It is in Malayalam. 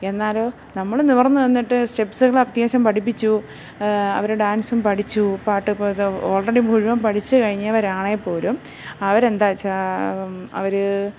എന്നാലോ നമ്മൾ നിവർന്ന് നിന്നിട്ട് സ്റ്റെപ്സുകൾ അത്യാവശ്യം പഠിപ്പിച്ചു അവർ ഡാൻസും പഠിച്ചു പാട്ട് ഓൾറെഡി മുഴുവൻ പഠിച്ച് കഴിഞ്ഞവരാണെങ്കിൽപ്പോലും അവർ എന്താ വെച്ചാൽ അവർ